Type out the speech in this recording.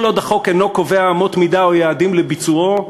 כל עוד החוק אינו קובע אמות מידה או יעדים לביצועו,